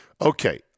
Okay